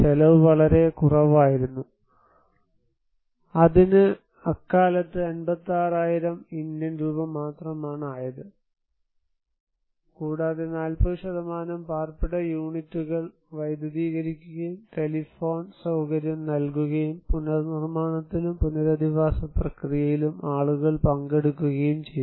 ചെലവ് വളരെ കുറവായിരുന്നു അതിന് അക്കാലത്ത് 56000 ഇന്ത്യൻ രൂപ മാത്രമാണ് ആയത് കൂടാതെ 40 പാർപ്പിട യൂണിറ്റുകൾ വൈദ്യുതീകരിക്കുകയും ടെലിഫോൺ സൌകര്യം നൽകുകയും പുനർനിർമ്മാണത്തിലും പുനരധിവാസ പ്രക്രിയയിലും ആളുകൾ പങ്കെടുക്കുകയും ചെയ്തു